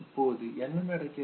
இப்போது என்ன நடக்கிறது